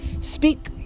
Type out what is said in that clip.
Speak